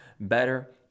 better